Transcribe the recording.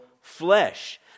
flesh